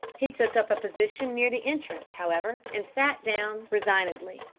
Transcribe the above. he took up a position near the entrance, however, and sat down resignedly.